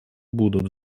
будут